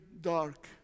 dark